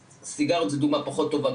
סיגריות זו דוגמה פחות טובה,